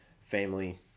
family